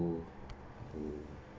who